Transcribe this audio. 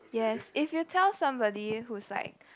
yes if you tell somebody who's like